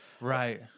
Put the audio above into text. Right